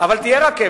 אבל תהיה רכבת.